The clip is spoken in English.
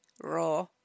raw